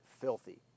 filthy